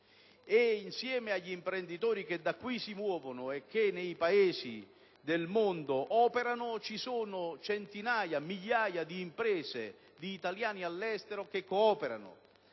Insieme agli imprenditori che da qui si muovono e che nei Paesi del mondo operano ci sono centinaia, migliaia di imprese di italiani all'estero che cooperano,